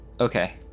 Okay